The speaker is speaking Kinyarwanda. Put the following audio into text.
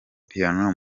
piano